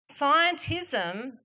Scientism